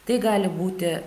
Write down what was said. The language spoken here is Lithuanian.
tai gali būti